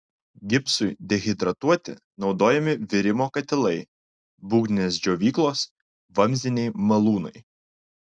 gipsui dehidratuoti naudojami virimo katilai būgninės džiovyklos vamzdiniai malūnai